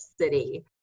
City